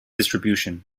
distribution